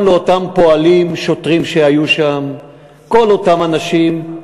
גם לאותם פועלים, שוטרים, שהיו שם, כל אותם אנשים,